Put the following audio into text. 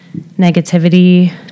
negativity